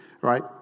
right